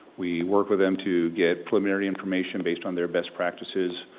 we work with them to get preliminary information based on their best practices,